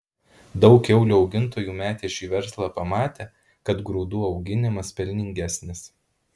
daug kiaulių augintojų metė šį verslą pamatę kad grūdų auginimas pelningesnis